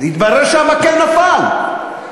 התברר שהמקל נפל.